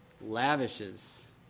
lavishes